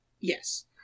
Yes